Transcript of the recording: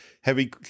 heavy